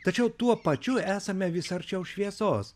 tačiau tuo pačiu esame vis arčiau šviesos